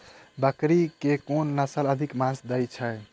बकरी केँ के नस्ल अधिक मांस दैय छैय?